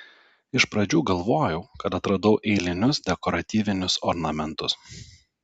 iš pradžių galvojau kad atradau eilinius dekoratyvinius ornamentus